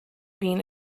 being